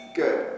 good